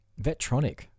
Vetronic